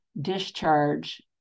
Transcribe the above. discharge